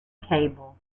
cable